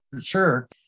sure